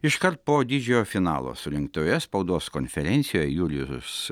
iškart po didžiojo finalo surengtoje spaudos konferencijoje jurijus